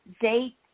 date